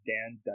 Dan